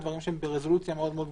דברים שהם ברזולוציה מאוד מאוד גבוהה,